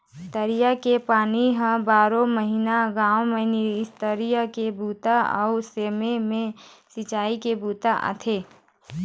तरिया के पानी ह बारो महिना गाँव म निस्तारी के बूता अउ समे म सिंचई के बूता आथे